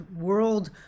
world